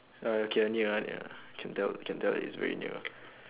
uh okay near one ya can tell can tell it's very near